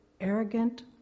arrogant